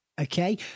Okay